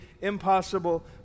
impossible